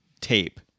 tape